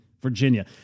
Virginia